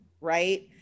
Right